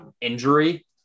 injury